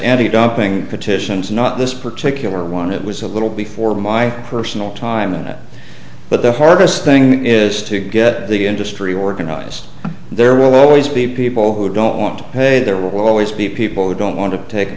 doping petitions not this particular one it was a little before my personal time in that but the hardest thing is to get the industry organized there were always be people who don't want to pay there will always be people who don't want to take a